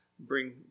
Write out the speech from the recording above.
bring